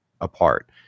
apart